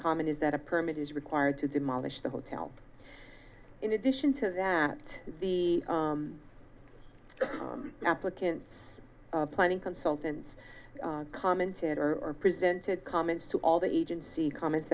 comment is that a permit is required to demolish the hotel in addition to that the applicants planning consultants commentator or presented comments to all the agency comments